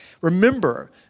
remember